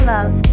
Love